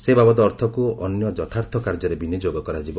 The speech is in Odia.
ସେ ବାବଦ ଅର୍ଥକୁ ଅନ୍ୟ ଯଥାର୍ଥ କାର୍ଯ୍ୟରେ ବିନିଯୋଗ କରାଯିବ